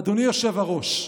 "אדוני היושב-ראש,